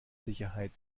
sicherheit